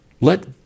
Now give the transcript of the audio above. let